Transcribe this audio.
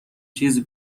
چیزی